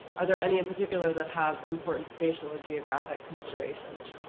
are there any in particular that have important spatial or geographic considerations?